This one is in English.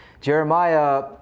Jeremiah